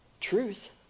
Truth